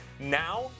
Now